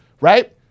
Right